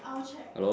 hello